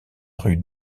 rue